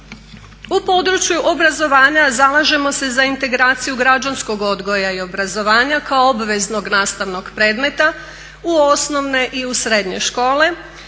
U području obrazovanja zalažemo se za integraciju građanskog odgoja i obrazovanja kao obveznog nastavnog predmeta u osnovne i u srednje škole